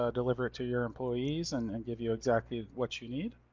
ah deliver it to your employees, and and give you exactly what you need.